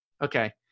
Okay